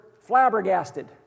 flabbergasted